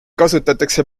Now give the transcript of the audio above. kasutatakse